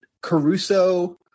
Caruso